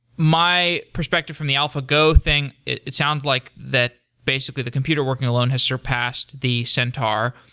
my perspective from the alphago thing, it it sounds like that, basically, the computer working alone has surpassed the centaur.